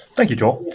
thank you, joel.